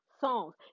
songs